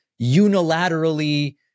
unilaterally